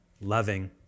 loving